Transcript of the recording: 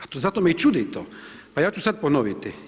A to, zato me i čudi to, pa ja ću sad ponoviti.